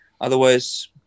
Otherwise